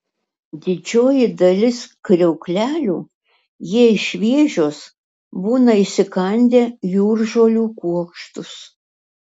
didžioji dalis kriauklelių jei šviežios būna įsikandę jūržolių kuokštus